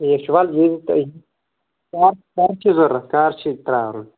ٹھیٖک چھُ ولہٕ ییٚلہِ تُہۍ کر کر چھِ ضوٗرت کر چھِی ترٛاوُن